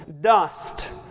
dust